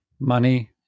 money